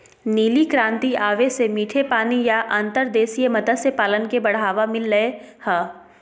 नीली क्रांति आवे से मीठे पानी या अंतर्देशीय मत्स्य पालन के बढ़ावा मिल लय हय